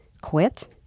quit